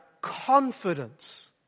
confidence